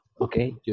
Okay